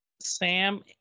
Sam